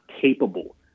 capable